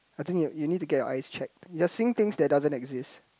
I think you you need to get your eyes checked you're seeing things that doesn't exist